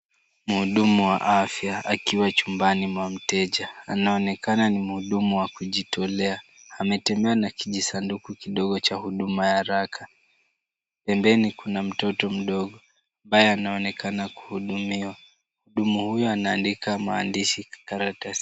Mhudumu wa afya akiwa chumbani mwa mteja. Anaonekana ni mhudumu wa kujitolea. Ametembea na kijisanduku kidogo cha huduma ya haraka. Pembeni kuna mtoto mdogo ambaye anaonekana kuhudumiwa. Mhudumu huyu anaandika maandishi kwa karatasi.